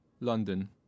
London